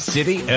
City